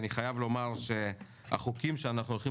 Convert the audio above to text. אני חייב לומר שהצעות החוק שאנחנו הולכים